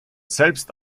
selbst